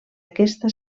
aquesta